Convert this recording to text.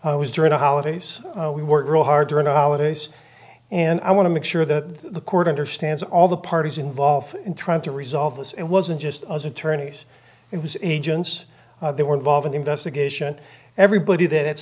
crunch was during the holidays we worked real hard during the holidays and i want to make sure that the court understands all the parties involved in trying to resolve this it wasn't just us attorneys it was agents they were involved in the investigation everybody that it's